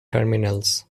terminals